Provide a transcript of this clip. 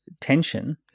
tension